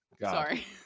Sorry